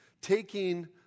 taking